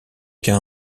quint